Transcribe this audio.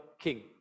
king